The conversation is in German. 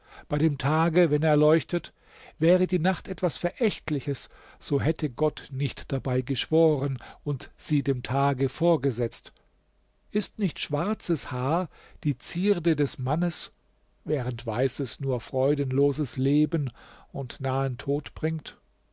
bei dem tage wenn er leuchtet wäre die nacht etwas verächtliches so hätte gott nicht dabei geschworen und sie dem tage vorgesetzt ist nicht schwarzes haar die zierde des mannes während weißes nur freudenloses leben und nahen tod bringt